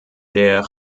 der